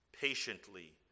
patiently